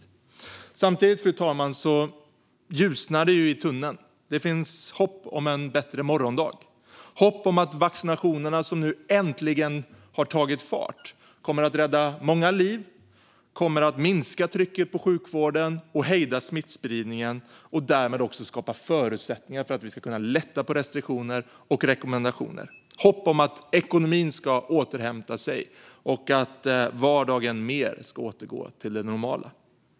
Samtidigt, fru talman, ljusnar det i tunneln. Det finns hopp om en bättre morgondag och om att vaccinationerna, som nu äntligen har tagit fart, kommer att rädda många liv, minska trycket på sjukvården, hejda smittspridningen och därmed skapa förutsättningar för att vi ska kunna lätta på restriktioner och rekommendationer. Det finns hopp om att ekonomin ska återhämta sig och att vardagen mer ska återgå till det normala.